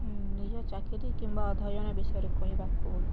ନିଜ ଚାକିରୀ କିମ୍ବା ଅଧ୍ୟୟନ ବିଷୟରେ କହିବାକୁ